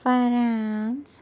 France